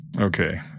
Okay